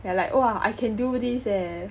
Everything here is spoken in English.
yeah like !wah! I can do this eh